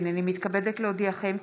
הינני מתכבדת להודיעכם,